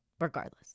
regardless